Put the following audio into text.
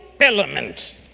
element